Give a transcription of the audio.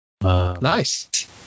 Nice